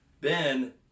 Ben